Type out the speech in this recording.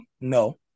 No